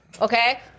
okay